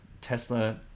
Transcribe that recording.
tesla